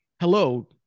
hello